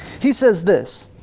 he says this.